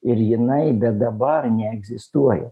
ir jinai bet dabar neegzistuoja